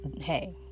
hey